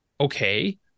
Okay